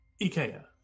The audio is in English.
Ikea